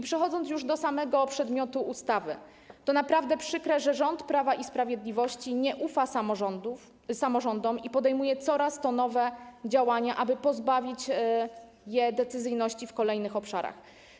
Przechodząc już do samego przedmiotu ustawy, powiem, że to naprawdę przykre, że rząd Prawa i Sprawiedliwości nie ufa samorządom i podejmuje coraz to nowe działania, aby pozbawić je decyzyjności w kolejnych obszarach.